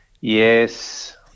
Yes